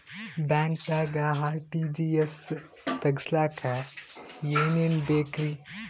ಬ್ಯಾಂಕ್ದಾಗ ಆರ್.ಟಿ.ಜಿ.ಎಸ್ ತಗ್ಸಾಕ್ ಏನೇನ್ ಬೇಕ್ರಿ?